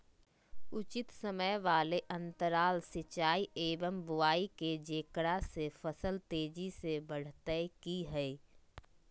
उचित समय वाले अंतराल सिंचाई एवं बुआई के जेकरा से फसल तेजी से बढ़तै कि हेय?